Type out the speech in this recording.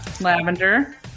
Lavender